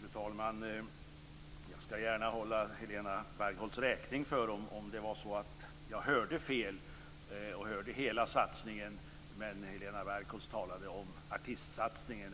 Fru talman! Jag ska gärna ge Helena Bargholtz rätt om det var så att jag hörde fel och uppfattade att det gällde hela satsningen när Helena Bargholtz talade om artistsatsningen.